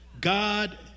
God